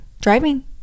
Driving